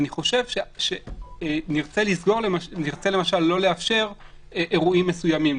נרצה למשל לא לאפשר אירועים מסוימים,